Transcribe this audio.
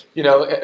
you know.